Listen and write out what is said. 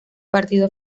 partido